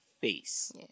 face